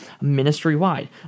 ministry-wide